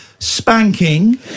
spanking